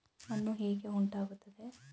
ಮಣ್ಣು ಹೇಗೆ ಉಂಟಾಗುತ್ತದೆ?